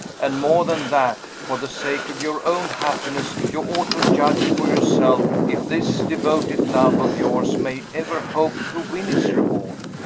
and, more than that, for the sake of your own happiness, you ought to judge for yourself if this devoted love of yours may ever hope to win its reward.